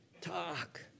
talk